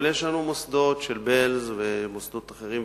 אבל יש לנו מוסדות של בעלז ומוסדות אחרים,